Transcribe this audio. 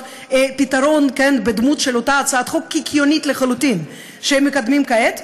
פתרון בדמות אותה הצעת חוק קיקיונית לחלוטין שמקדמים כעת,